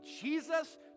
jesus